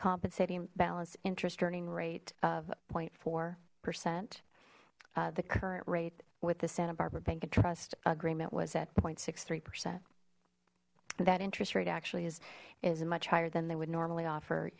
compensating balance interest earning rate of zero four percent the current rate with the santa barbara bank and trust agreement was at zero sixty three percent that interest rate actually is is much higher than they would normally offer